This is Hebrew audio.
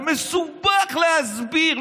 זה מסובך להסביר?